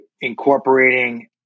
incorporating